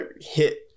hit